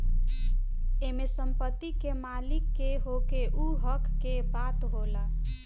एमे संपत्ति के मालिक के होखे उ हक के बात होला